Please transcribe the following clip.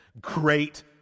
great